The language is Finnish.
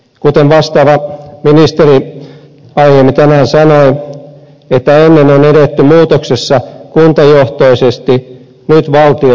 kuten vastaava ministeri aiemmin tänään sanoi ennen on edetty muutoksessa kuntajohtoisesti nyt valtiojohtoisesti